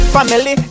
Family